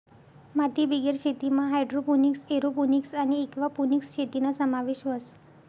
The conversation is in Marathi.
मातीबिगेर शेतीमा हायड्रोपोनिक्स, एरोपोनिक्स आणि एक्वापोनिक्स शेतीना समावेश व्हस